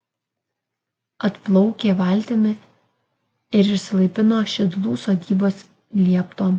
atplaukė valtimi ir išsilaipino ant šidlų sodybos liepto